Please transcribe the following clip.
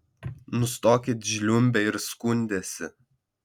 nustokit žliumbę ir skundęsi